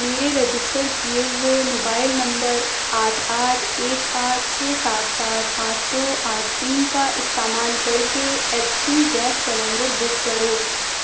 میرے رجسٹر کیے ہوئے موبائل نمبر آٹھ آٹھ ایک آٹھ چھ سات سات پانچ دو آٹھ تین کا استعمال کرکے H P gas cylinder book کرو